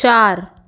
चार